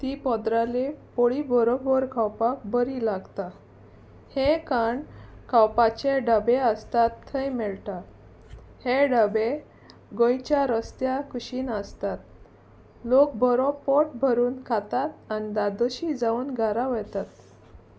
ती पोदेराली पोळी बरोबर खावपाक बरी लागता हें खाण खावपाचें डबे आसतात थंय मेळटा हे डबे गोंयच्या रस्त्या कुशीन आसतात लोक बरो पोट भरून खातात आनी धादोशी जावन घरां वतात